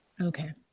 okay